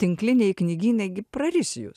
tinkliniai knygynai gi praris jus